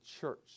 church